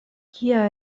kia